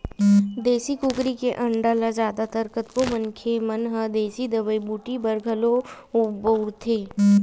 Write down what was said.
देसी कुकरी के अंडा ल जादा तर कतको मनखे मन ह देसी दवई बूटी बर घलोक बउरथे